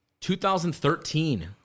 2013